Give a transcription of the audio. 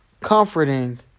comforting